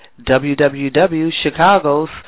www.chicagos